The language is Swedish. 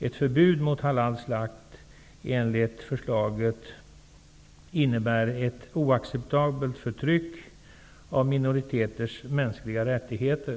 Ett förbud mot halalslakt enligt förslaget innebär ett oacceptabelt förtryck av minoriteters mänskliga rättigheter.